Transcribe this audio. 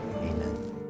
Amen